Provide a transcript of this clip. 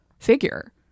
figure